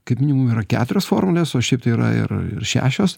kaip minimum yra keturios formulės o šiaip tai yra ir ir šešios